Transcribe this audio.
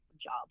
job